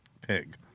pig